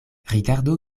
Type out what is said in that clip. rigardu